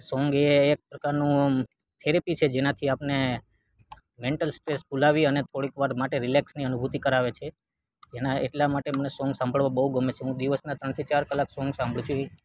અને સોંગ એ એક પ્રકારનું થેરેપી છે જેનાથી આપને મેન્ટલ સ્ટ્રેસ ભુલાવી અને થોડીક વાર માટે રિલેક્સની અનુભૂતિ કરાવે છે જેના એટલા માટે મને સોંગ સાંભળવું બહુ ગમે છે હું દિવસના ત્રણથી ચાર કલાક સોંગ સાંભળું છું એ